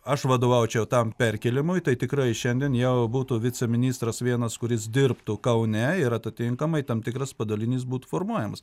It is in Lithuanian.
aš vadovaučiau tam perkėlimui tai tikrai šiandien jau būtų viceministras vienas kuris dirbtų kaune ir atitinkamai tam tikras padalinys būtų formuojamas